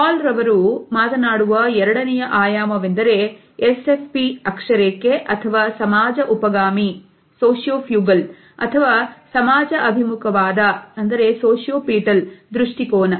ಹಾಲ್ ರವರು ಮಾತನಾಡುವ ಎರಡನೆಯ ಆಯಾಮವೆಂದರೆ SFP ಅಕ್ಷರೇಖೆ ಅಥವಾ ಸಮಾಜ ಉಪಗಾಮಿ ದೃಷ್ಟಿಕೋನ